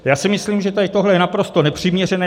Já si myslím, že tady tohle je naprosto nepřiměřené.